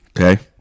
Okay